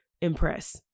impress